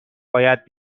باید